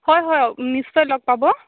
হয় হয় নিশ্চয় লগ পাব